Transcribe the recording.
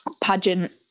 pageant